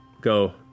go